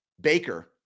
Baker